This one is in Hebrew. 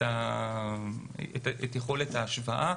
יכולת ההשוואה.